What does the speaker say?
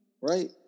Right